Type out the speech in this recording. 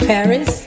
Paris